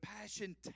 passion